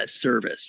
service